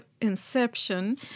inception